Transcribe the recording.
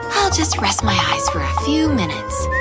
i'll just rest my eyes for a few minutes.